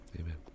amen